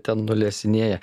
ten nulesinėja